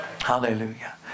hallelujah